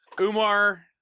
umar